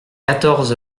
quatorze